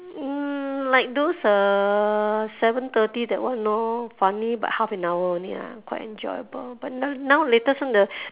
mm like those uh seven thirty that one lor funny but half an hour only lah quite enjoyable but now now latest one the